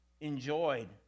enjoyed